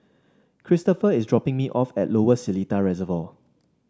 Kristopher is dropping me off at Lower Seletar Reservoir